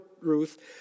Ruth